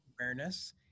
awareness